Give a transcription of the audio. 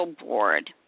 board